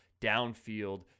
downfield